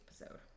episode